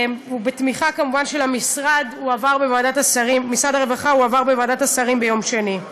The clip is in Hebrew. ובתמיכה כמובן של משרד הרווחה הוא עבר בוועדת השרים ביום שני.